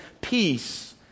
peace